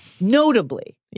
notably